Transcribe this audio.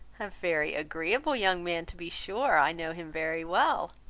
a very agreeable young man to be sure i know him very well.